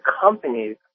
companies